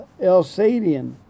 Elsadian